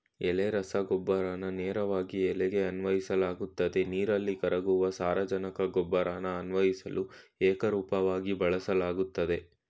ಎಲೆ ರಸಗೊಬ್ಬರನ ನೇರವಾಗಿ ಎಲೆಗೆ ಅನ್ವಯಿಸಲಾಗ್ತದೆ ನೀರಲ್ಲಿ ಕರಗುವ ಸಾರಜನಕ ಗೊಬ್ಬರನ ಅನ್ವಯಿಸಲು ಏಕರೂಪವಾಗಿ ಬಳಸಲಾಗ್ತದೆ